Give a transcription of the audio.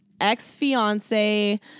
ex-fiance